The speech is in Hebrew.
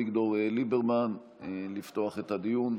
2572, 2573, 2574 ו-2575.